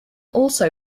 also